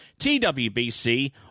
TWBC